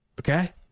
okay